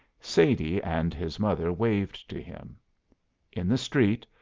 sadie and his mother waved to him in the street,